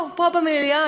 פה במליאה,